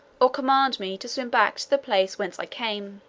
or command me to swim back to the place whence i came